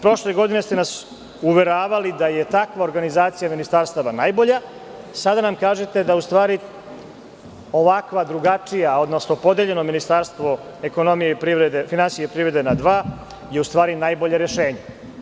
Prošle godine ste nas uveravali da je takva organizacija ministarstava najbolja, sada nam kažete da u stvari ovakva drugačija, odnosno podeljeno ministarstvo finansija i privrede na dva, je u stvari najbolje rešenje.